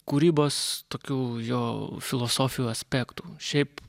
kūrybos tokių jo filosofijų aspektų šiaip